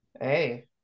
hey